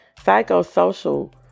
psychosocial